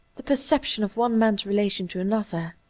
the perception of one man's relation to another,